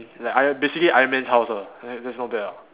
like ir~ basically iron man's house ah that that's not bad ah